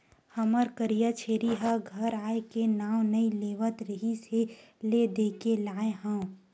हमर करिया छेरी ह घर आए के नांव नइ लेवत रिहिस हे ले देके लाय हँव